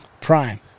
Prime